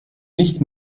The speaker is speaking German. nicht